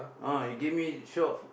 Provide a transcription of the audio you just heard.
ah he give me shop